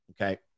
Okay